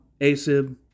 Asib